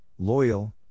loyal